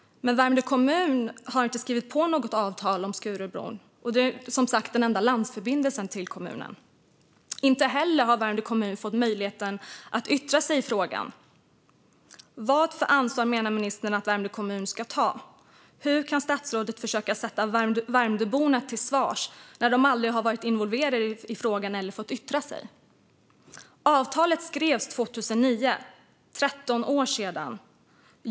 Men Värmdö kommun har inte skrivit på något avtal om Skurubron, som sagt den enda landförbindelsen till kommunen. Inte heller har Värmdö kommun fått möjlighet att yttra sig i frågan. Vad för ansvar menar ministern att Värmdö kommun ska ta? Hur kan statsrådet försöka ställa Värmdöborna till svars när de aldrig har varit involverade i frågan eller fått yttra sig? Avtalet skrevs 2009. Det är 13 år sedan.